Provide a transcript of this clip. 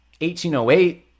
1808